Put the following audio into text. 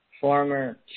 former